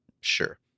Sure